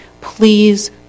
please